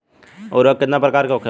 उर्वरक कितना प्रकार के होखेला?